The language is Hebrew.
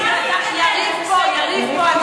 יריב פה, יריב פה.